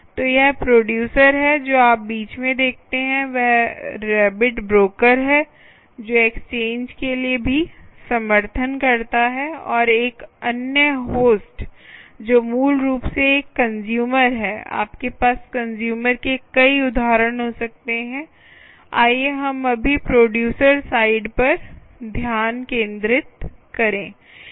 तो यह प्रोडयूसर है जो आप बीच में देखते हैं वह रैबिट ब्रोकर है जो एक्सचेंज के लिए भी समर्थन करता है और एक अन्य होस्ट जो मूल रूप से एक कंस्यूमर है आपके पास कंस्यूमर के कई उदाहरण हो सकते हैं आइए हम अभी प्रोडयूसर साइड पर ध्यान केंद्रित करें